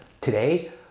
Today